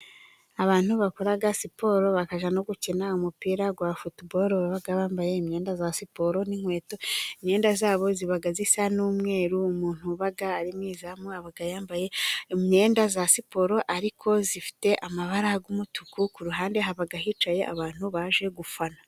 Abantu bakora siporo bakajya no gukina umupira wa futuboro. Baba bambaye imyenda ya siporo n'inkweto. Imyenda yabo iba isa n'umweru, umuntu aba ari mu izamu aba yambaye imyenda ya siporo, ariko ifite amabara y'umutuku, ku ruhande haba hicaye abantu baje gufana.